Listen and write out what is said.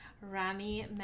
Rami